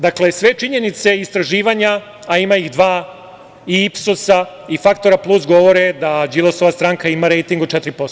Dakle, sve činjenice i istraživanja, a ima ih dva, i Ipsosa i Faktora Plus govore da Đilasova stranka ima rejting od 4%